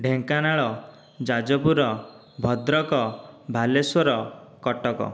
Dhenkanal Jajpur Bhadrak Balasore Cuttack